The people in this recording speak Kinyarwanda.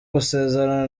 gusezerana